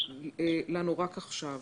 לנו רק עכשיו.